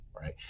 right